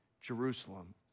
Jerusalem